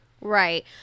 Right